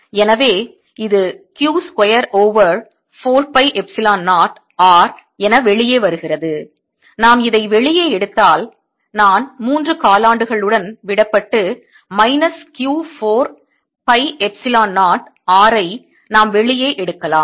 எனவே இது Q square over 4 pi epsilon 0 R என வெளியே வருகிறது நாம் இதை வெளியே எடுத்தால் நான் 3 காலாண்டுகள் உடன் விடப்பட்டு minus Q 4 pi epsilon 0 R ஐ நாம் வெளியே எடுக்கலாம்